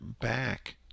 back